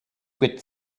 wit